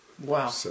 Wow